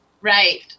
right